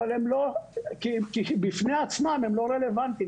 אבל בפני עצמם הם לא רלוונטיים,